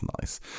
nice